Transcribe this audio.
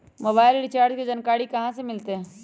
Mobile recharge के जानकारी कहा से मिलतै?